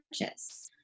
purchase